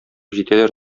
җитәләр